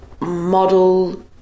model